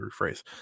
rephrase